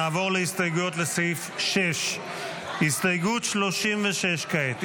נעבור להסתייגויות לסעיף 6. הסתייגות 36 כעת.